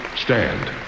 Stand